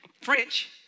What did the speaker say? French